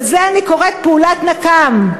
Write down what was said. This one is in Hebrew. לזה אני קוראת פעולת נקם,